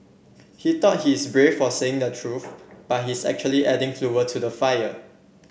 he thought he's brave for saying the truth but he's actually adding fuel to the fire